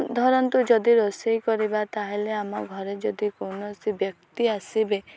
ଧରନ୍ତୁ ଯଦି ରୋଷେଇ କରିବା ତା'ହେଲେ ଆମ ଘରେ ଯଦି କୌଣସି ବ୍ୟକ୍ତି ଆସିବେ